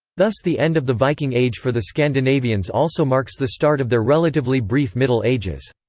thus the end of the viking age for the scandinavians also marks the start of their relatively brief middle ages.